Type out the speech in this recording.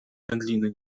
wędliny